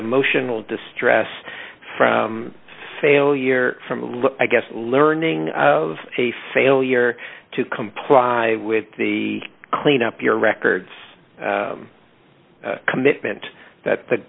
emotional distress from failure from i guess learning of a failure to comply with the clean up your records commitment that the